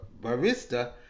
barista